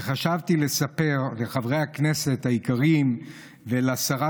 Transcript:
וחשבתי לספר לחברי הכנסת היקרים ולשרה